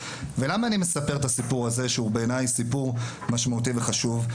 ולמה אני מספר את הסיפור הזה שהוא בעיניי סיפור משמעותי וחשוב?